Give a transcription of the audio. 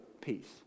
peace